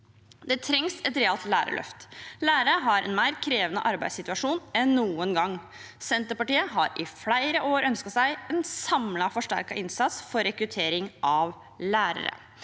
Det trengs et realt lærerløft. Lærere har en mer krevende arbeidssituasjon enn noen gang. Senterpartiet har i flere år ønsket seg en samlet forsterket innsats for rekruttering av lærere.